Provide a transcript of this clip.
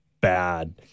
bad